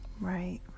Right